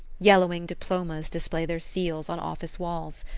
yellowing diplomas display their seals on office walls.